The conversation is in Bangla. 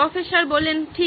প্রফেসর ঠিক